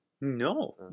No